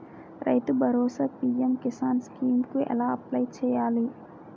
రైతు Bharosa PM Kisan scheme కు ఎలా అప్లయ్ చేయాలి?